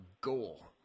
goal